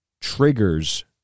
triggers